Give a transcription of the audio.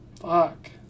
Fuck